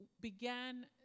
began